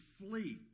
flee